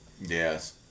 Yes